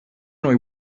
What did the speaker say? noi